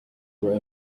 were